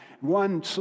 One